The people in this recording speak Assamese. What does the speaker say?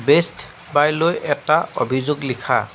বেষ্ট বাইলৈ এটা অভিযোগ লিখা